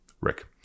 Rick